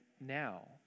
now